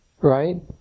right